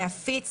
להפיץ